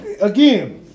again